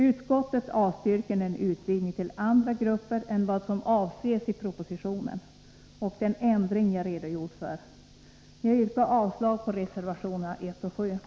Utskottets majoritet avstyrker en utvidgning till andra grupper än de som avses i propositionen och den ändring jag redogjort för. Jag yrkar avslag på reservationerna 1 och 7.